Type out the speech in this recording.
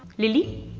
lilly,